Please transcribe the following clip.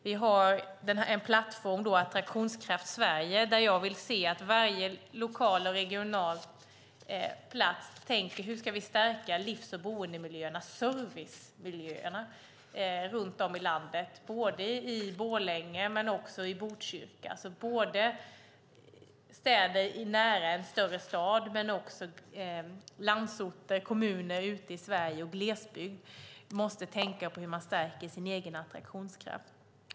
Vi har plattformen Attraktionskraft Sverige där jag vill se att varje region och kommun i Sverige tänker på hur de kan stärka livs-, boende och servicemiljöerna. Det gäller både Borlänge och Botkyrka. Både kommuner nära större städer och kommuner på landsorten och i glesbygd måste tänka på hur de stärker sin egen attraktionskraft.